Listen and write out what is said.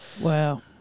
Wow